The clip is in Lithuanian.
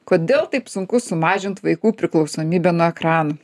kodėl taip sunku sumažint vaikų priklausomybę nuo ekran